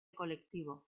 colectivo